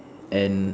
and